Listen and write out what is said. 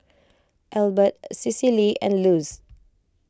Elbert Cecily and Luz